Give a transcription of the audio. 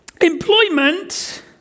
employment